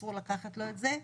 אסור לקחת לו את זה,